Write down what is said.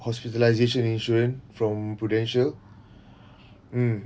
hospitalisation insurance from Prudential mm